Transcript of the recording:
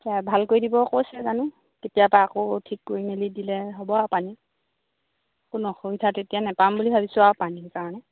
এতিয়া ভাল কৰি দিব কৈছে জানো কেতিয়াবা আকৌ ঠিক কৰি মেলি দিলে হ'ব আৰু পানী কোনো অসুবিধা তেতিয়া নাপাম বুলি ভাবিছোঁ আৰু পানীৰ সেই কাৰণে